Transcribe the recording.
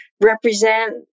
represent